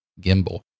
gimbal